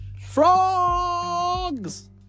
Frogs